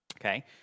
Okay